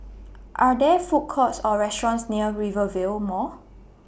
Are There Food Courts Or restaurants near Rivervale Mall